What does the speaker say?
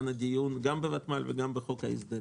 הדיון גם על הוותמ"ל וגם על חוק ההסדרים.